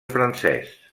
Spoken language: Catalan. francès